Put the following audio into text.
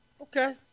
Okay